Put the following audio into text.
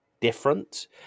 different